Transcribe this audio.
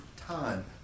time